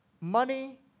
Money